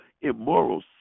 immoral